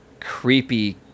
creepy